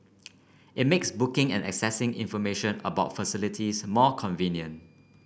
it makes booking and accessing information about facilities more convenient